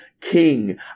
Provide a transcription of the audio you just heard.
king